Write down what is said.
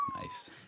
Nice